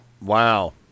Wow